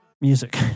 music